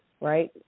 right